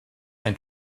ein